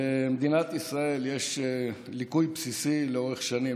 במדינת ישראל יש ליקוי בסיסי לאורך שנים,